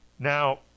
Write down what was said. Now